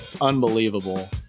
unbelievable